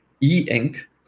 e-ink